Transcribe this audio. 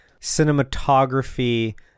Cinematography